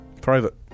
Private